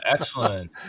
Excellent